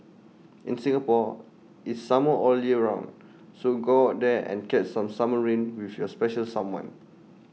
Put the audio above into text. in Singapore it's summer all year round so go out there and catch some summer rain with your special someone